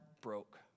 broke